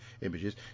images